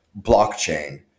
blockchain